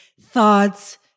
thoughts